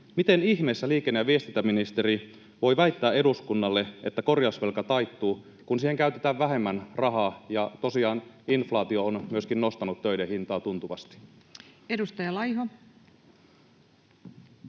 miten ihmeessä liikenne- ja viestintäministeri voi väittää eduskunnalle, että korjausvelka taittuu, kun siihen käytetään vähemmän rahaa ja tosiaan inflaatio on myöskin nostanut töiden hintaa tuntuvasti? [Speech